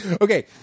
Okay